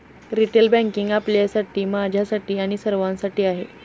retail banking आपल्यासाठी, माझ्यासाठी आणि सर्वांसाठी आहे